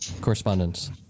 correspondence